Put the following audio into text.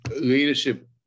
leadership